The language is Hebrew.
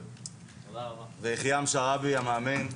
ויחיעם שרעבי המאמן,